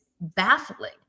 baffling